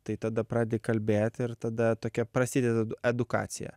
tai tada pradedi kalbėti ir tada tokia prasideda edukacija